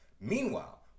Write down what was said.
Meanwhile